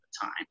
time